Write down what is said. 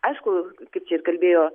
aišku kad čia ir kalbėjo